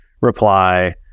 reply